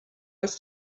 was